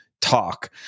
talk